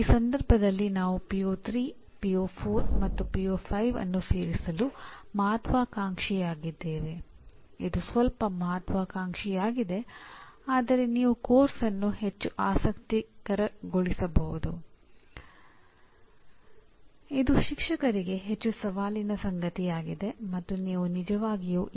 ಈಗ ಇದು ಒಂದು ರೀತಿಯ ಅಂಗೀಕೃತ ಅಭ್ಯಾಸವಾಗಿದೆ ಹಾಗೂ ಭಾರತದಲ್ಲಿ ಉನ್ನತ ಶಿಕ್ಷಣ ಕಾರ್ಯಕ್ರಮಗಳನ್ನು ವಿನ್ಯಾಸಗೊಳಿಸಲು ಮತ್ತು ನಡೆಸಲು ಆಧಾರವಾಗಿ ಇದನ್ನು ಅಧಿಕೃತವಾಗಿ ಅಂಗೀಕರಿಸಲ್ಪಟ್ಟಿದೆ